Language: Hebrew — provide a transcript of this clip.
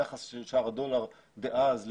יחס של שער הדולר דאז להיום.